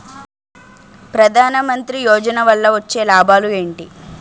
ప్రధాన మంత్రి యోజన వల్ల వచ్చే లాభాలు ఎంటి?